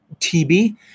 TB